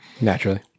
Naturally